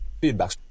feedback